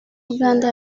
uganda